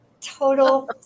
total